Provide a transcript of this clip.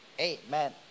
Amen